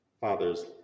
father's